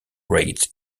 rate